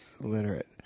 Illiterate